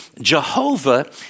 Jehovah